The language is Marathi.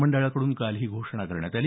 मंडळाकडून काल ही घोषणा करण्यात आली